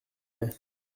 est